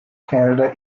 canada